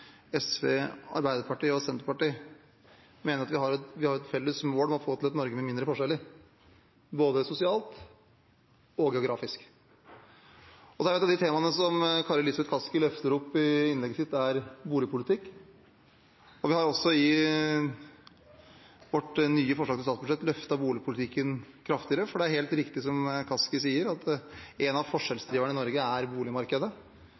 SV, Arbeiderpartiet og Senterpartiet, mener jeg er at vi har et felles mål om å få til et Norge med mindre forskjeller, både sosialt og geografisk. Et av de temaene representanten Kari Elisabeth Kaski løfter opp i innlegget sitt, er boligpolitikk. Vi har også i vårt nye forslag til statsbudsjett løftet boligpolitikken kraftigere, for det er helt riktig som Kaski sier, at en av forskjellsdriverne i Norge er boligmarkedet.